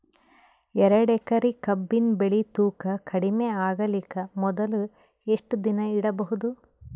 ಎರಡೇಕರಿ ಕಬ್ಬಿನ್ ಬೆಳಿ ತೂಕ ಕಡಿಮೆ ಆಗಲಿಕ ಮೊದಲು ಎಷ್ಟ ದಿನ ಇಡಬಹುದು?